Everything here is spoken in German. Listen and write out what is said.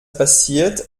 passiert